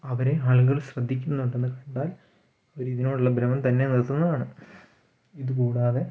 അവരെ ആളുകൾ ശ്രദ്ധിക്കുന്നുണ്ട് എന്നു കണ്ടാൽ അവരിതിനോടുള്ള ഭ്രമം തന്നെ നിർത്തുന്നതാണ് ഇതുകൂടാതെ